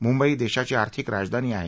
मुंबई देशाची आर्थिक राजधानी आहे